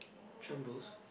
trembles